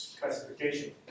classification